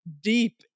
deep